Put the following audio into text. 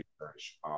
research